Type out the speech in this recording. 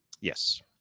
Yes